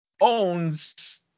owns